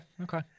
okay